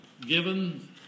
given